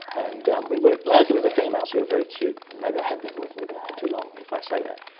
and um we work largely with the females who are very cute, and maybe i have been working with them for too long if i say that.